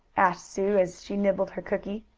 asked sue, as she nibbled her cookie.